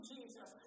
Jesus